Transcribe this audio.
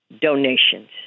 donations